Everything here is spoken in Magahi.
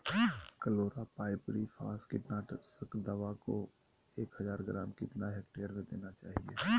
क्लोरोपाइरीफास कीटनाशक दवा को एक हज़ार ग्राम कितना हेक्टेयर में देना चाहिए?